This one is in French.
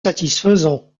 satisfaisant